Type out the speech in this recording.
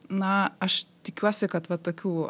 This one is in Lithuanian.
na aš tikiuosi kad va tokių